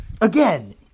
again